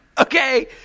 Okay